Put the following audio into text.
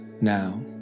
now